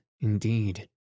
indeed